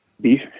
beef